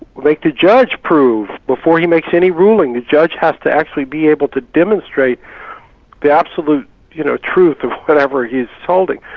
make the judge prove, before he makes any ruling, the judge has to actually be able to demonstrate the absolute you know truth of whatever he's solving.